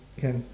can